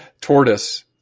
Tortoise